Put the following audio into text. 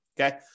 okay